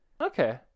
okay